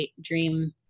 dream